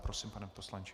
Prosím, pane poslanče.